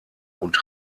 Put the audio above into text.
und